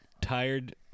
tired